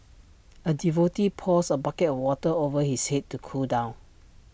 A devotee pours A bucket of water over his Head to cool down